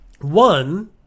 one